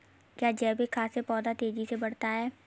क्या जैविक खाद से पौधा तेजी से बढ़ता है?